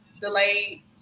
delayed